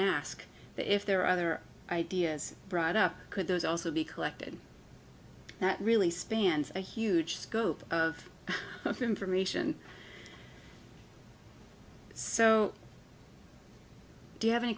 ask if there are other ideas brought up could those also be collected that really spans a huge scope of information so do you have any